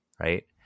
Right